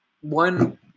one